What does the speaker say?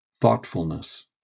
thoughtfulness